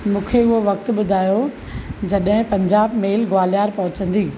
मूंंखे उहो वक़्तु ॿुधायो जॾहिं पंजाब मेल ग्वालियर पहुचंदी